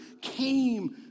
came